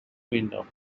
window